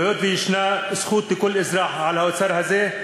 והיות שיש זכות לכל אזרח על האוצר הזה,